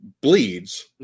bleeds